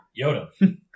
Yoda